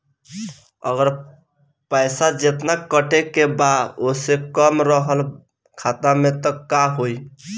अगर पैसा जेतना कटे के बा ओसे कम रहल खाता मे त का होई?